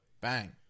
Bang